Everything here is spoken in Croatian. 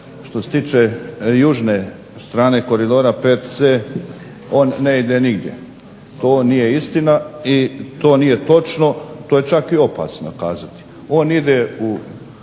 što se tiče južne strane koridora 5C on ne ide nigdje. To nije istina i to nije točno, to je čak i opasno kazati. on prelazi